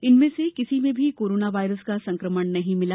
इनमें से किसी में भी कोरोना वायरस का संक्रमण नहीं मिला